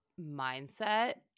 mindset